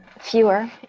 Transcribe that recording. fewer